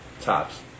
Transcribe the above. Tops